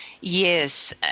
Yes